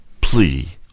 plea